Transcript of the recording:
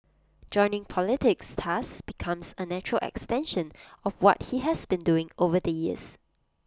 joining politics thus becomes A natural extension of what he has been doing over the years